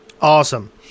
awesome